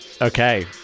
Okay